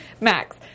Max